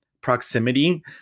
proximity